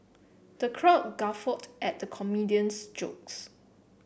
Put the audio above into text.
the crowd guffawed at the comedian's jokes